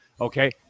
Okay